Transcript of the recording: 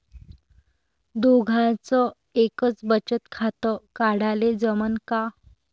दोघाच एकच बचत खातं काढाले जमनं का?